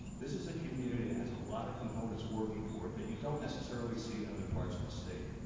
this is a community that has a lot of components working for it that you don't necessarily see in other parts of the state.